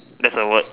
there's a word